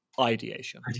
Ideation